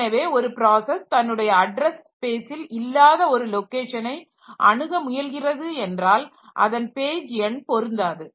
எனவே ஒரு பிராசஸ் தன்னுடைய அட்ரஸ் ஸ்பேஸில் இல்லாத ஒரு லொகேஷனை அணுக முயல்கின்றது என்றால் அதன் பேஜ் எண் பொருந்தாது